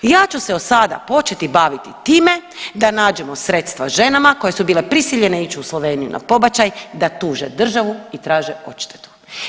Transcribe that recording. Ja ću se od sada početi baviti time da nađemo sredstva ženama koje su bile prisiljene ići u Sloveniju na pobačaj, da tuže državu i traže odštetu.